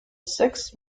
six